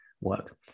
work